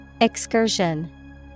Excursion